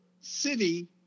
city